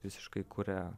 visiškai kuria